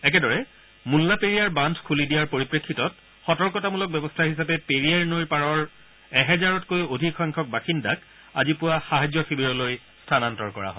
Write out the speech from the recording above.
একেদৰে মুল্লাপেৰিয়াৰ বান্ধ খুলি দিয়াৰ পৰিপ্ৰেক্ষিতত সতৰ্কতামূলক ব্যৱস্থা হিচাপে পেৰিয়াৰ নৈৰ পাৰৰ এহেজাৰতকৈও অধিকসংখ্যক বাসিন্দাক আজি পুৱা সাহায্য শিবিৰলৈ স্থানান্তৰ কৰা হয়